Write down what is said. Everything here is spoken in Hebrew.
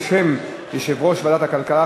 בשם יושב-ראש ועדת הכלכלה,